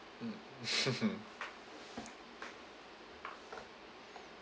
mm